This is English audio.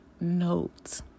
note